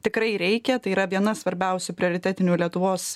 tikrai reikia tai yra viena svarbiausių prioritetinių lietuvos